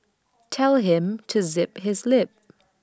tell him to zip his lip